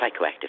psychoactive